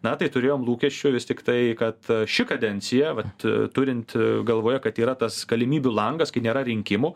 na tai turėjom lūkesčių vis tiktai kad ši kadencija vat turint galvoje kad yra tas galimybių langas kai nėra rinkimų